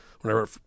whenever